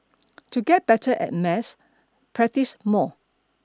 to get better at maths practice more